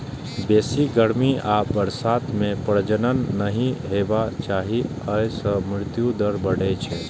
बेसी गर्मी आ बरसात मे प्रजनन नहि हेबाक चाही, अय सं मृत्यु दर बढ़ै छै